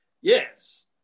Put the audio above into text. Yes